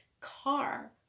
car